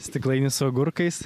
stiklainis su agurkais